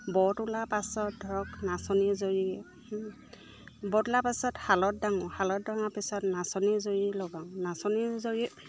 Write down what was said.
ব তোলাৰ পাছত ধৰক নাচনী জৰি পাছত পিছত নাচনী জৰি লগাওঁ নাচনী জৰিত